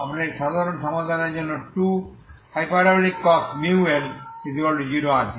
আপনার এই সাধারণ সমাধানের জন্য 2cosh μL 0 আছে